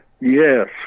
Yes